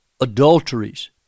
adulteries